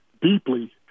Deeply